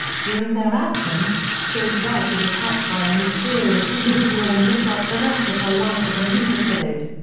during their absence, joe's wife is attacked by a mysterious individual and lives out the rest of her life as a mute invalid.